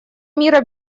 мира